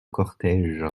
cortège